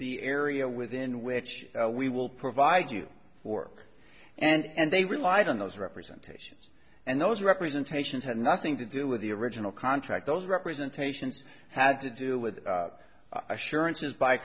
the area within which we will provide you work and they relied on those representations and those representations had nothing to do with the original contract those representations had to do with assurances by